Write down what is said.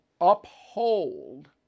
uphold